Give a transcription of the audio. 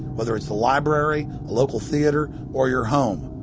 whether it's the library, a local theater, or your home.